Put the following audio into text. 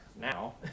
now